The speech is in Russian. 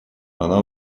она